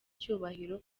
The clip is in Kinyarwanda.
icyubahiro